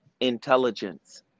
intelligence